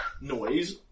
noise